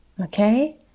okay